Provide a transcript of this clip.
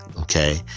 Okay